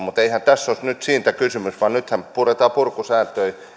mutta eihän tässä ole nyt siitä kysymys vaan nythän puretaan purkusääntöjä